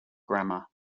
grammar